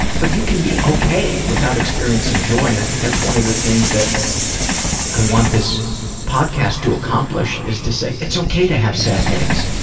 but you can be okay without experiencing joy and i think that's one of the things that i want this podcast to accomplish is to say, it's okay to have sad days,